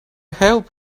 help